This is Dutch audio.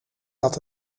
dat